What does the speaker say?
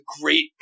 great